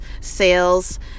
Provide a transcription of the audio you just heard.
sales